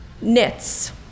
knits